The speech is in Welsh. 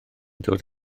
dod